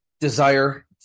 desire